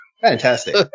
Fantastic